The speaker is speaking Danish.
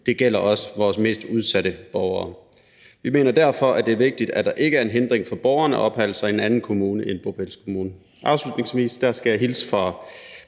Det gælder også vores mest udsatte borgere. Vi mener derfor, at det er vigtigt, at det ikke er en hindring for borgerne at opholde sig i en anden kommune end bopælskommunen. Afslutningsvis skal jeg hilse fra